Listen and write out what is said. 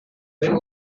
then